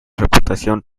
reputación